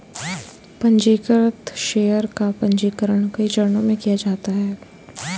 पन्जीकृत शेयर का पन्जीकरण कई चरणों में किया जाता है